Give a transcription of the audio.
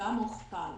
הוכפל,